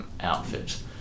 outfit